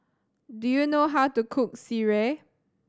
do you know how to cook Sireh